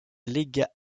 légat